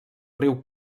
riu